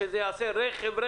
שזה ייעשה רכב-רכב.